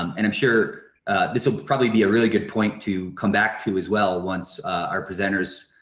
um and i'm sure this will probably be a really good point to come back to as well once our presenters